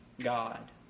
God